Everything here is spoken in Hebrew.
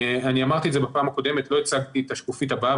אמרתי את זה בפעם הקודמת לא הצגתי את השקופית הבאה,